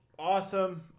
awesome